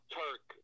turk